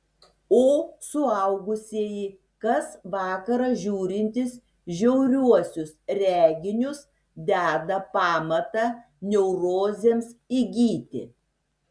o suaugusieji kas vakarą žiūrintys žiauriuosius reginius deda pamatą neurozėms įgyti